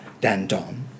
Dandon